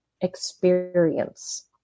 experience